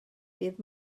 dydd